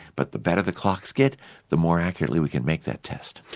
but the better the clocks get the more accurately we can make that test.